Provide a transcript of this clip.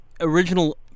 original